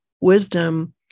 wisdom